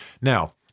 now